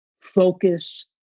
focus